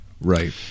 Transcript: Right